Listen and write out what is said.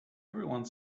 everyone